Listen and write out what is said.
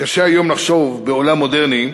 וקשה היום לחשוב, בעולם מודרני,